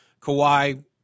Kawhi